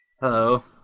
Hello